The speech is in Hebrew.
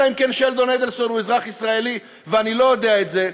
אלא אם כן שלדון אדלסון הוא אזרח ישראל ואני לא יודע את זה.